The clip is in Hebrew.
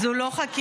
זו לא חקירה,